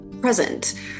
present